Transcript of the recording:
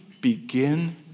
begin